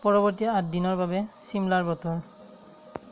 পৰৱৰ্তী আঠ দিনৰ বাবে ছিমলাৰ বতৰ